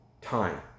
time